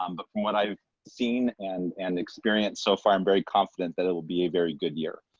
um but from what i've seen and and experienced so far, i'm very confident that it will be a very good year.